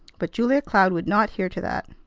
but julia cloud would not hear to that.